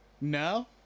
No